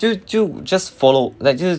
就就 just follow like 就是